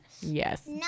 Yes